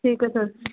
ਠੀਕ ਐ ਸਰ ਜੀ